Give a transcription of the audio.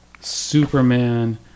Superman